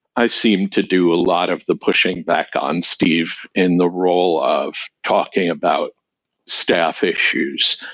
i seem to do a lot of the pushing back on steve in the role of talking about staff issues.